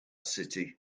city